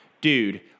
dude